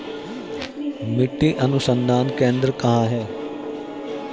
मिट्टी अनुसंधान केंद्र कहाँ है?